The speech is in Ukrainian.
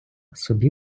собі